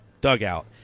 dugout